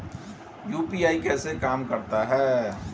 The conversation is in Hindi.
यू.पी.आई कैसे काम करता है?